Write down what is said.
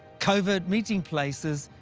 covert meeting places,